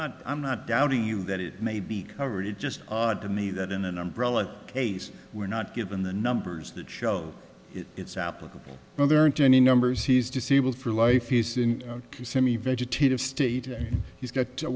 not i'm not doubting you that it may be covered it just odd to me that in an umbrella case we're not given the numbers that show it's applicable but there aren't any numbers he's disabled for life he's in kissimmee vegetative state he's got a